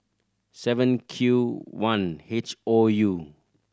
seven Q one H O U